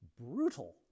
Brutal